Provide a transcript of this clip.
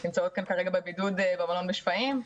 אנחנו נמצאות כרגע בבידוד במלון שפיים.